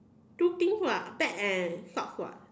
two thing [what] a bag and socks [what]